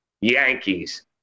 Yankees